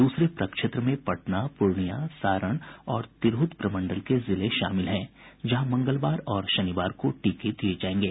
द्रसरे प्रक्षेत्र में पटना पूर्णियां सारण और तिरहुत प्रमंडल के जिले शामिल हैं जहां मंगलवार और शनिवार को टीके दिये जायेंगे